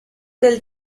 del